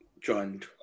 joined